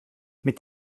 mit